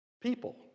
people